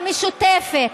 המשותפת,